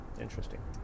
Interesting